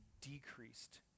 decreased